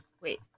wait